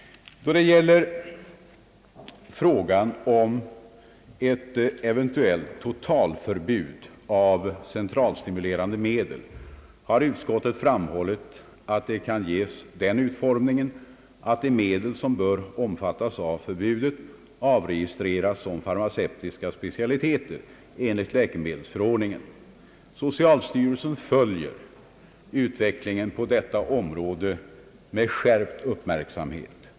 Vad gäller frågan om ett eventuellt totalförbud för centralstimulerande medel har utskottet framhållit, att förbudet kan ges den utformningen att de medel som bör omfattas av detsamma inregistreras som farmacevtiska specialiteter enligt läkemedelsförordningen. Socialstyrelsen följer utvecklingen på detta område med skärpt uppmärksamhet.